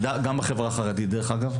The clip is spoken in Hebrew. אגב, גם בחברה החרדית.